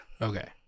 Okay